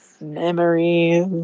Memories